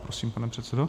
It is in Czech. Prosím, pane předsedo.